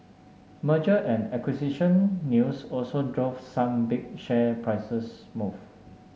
merger and acquisition news also drove some big share prices move